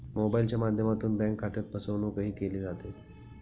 मोबाइलच्या माध्यमातून बँक खात्यात फसवणूकही केली जाते